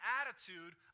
attitude